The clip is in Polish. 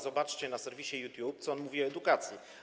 Zobaczcie w serwisie YouTube, co on mówi o edukacji.